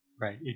right